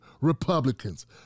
Republicans